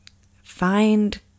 find